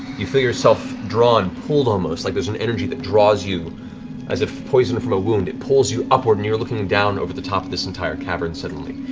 you feel yourself drawn, pulled almost, like there's an energy that draws you as if poison from a wound. it pulls you upward, and you're looking down over the top of this entire cavern, suddenly.